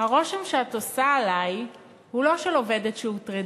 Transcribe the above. "הרושם שאת עושה עלי הוא לא של עובדת שהוטרדה,